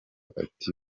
ati